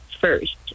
first